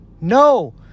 No